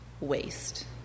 waste